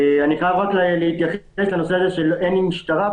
אני חייב להתייחס לנושא הזה של אין משטרה.